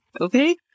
okay